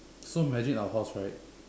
so imagine our house right